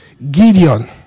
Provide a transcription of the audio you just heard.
Gideon